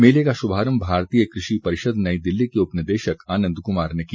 मेले का शुभारंभ भारतीय कृषि परिषद नई दिल्ली के उपनिदेशक आनंद कुमार ने किया